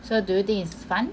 so do you think it's fun